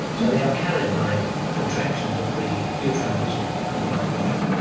so they are carried by contractions of the uterine muscle that we call the myometrium,